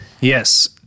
Yes